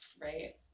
Right